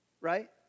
right